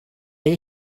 that